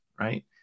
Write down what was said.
right